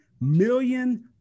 million